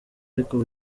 ariko